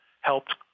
helped